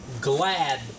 Glad